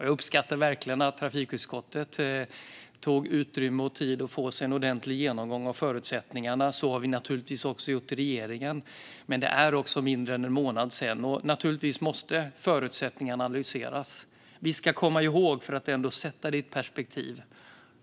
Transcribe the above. Jag uppskattar verkligen att trafikutskottet tog utrymme och tid att få sig en ordentlig genomgång av förutsättningarna, och så har vi naturligtvis också gjort i regeringen. Det är dock mindre än en månad sedan, och förutsättningarna måste naturligtvis analyseras.